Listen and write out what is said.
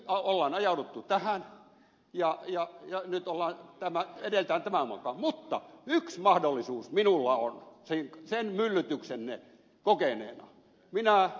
nyt on ajauduttu tähän ja nyt edetään tämän mukaan mutta yksi mahdollisuus minulla on sen myllytyksenne kokeneena